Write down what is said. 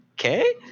okay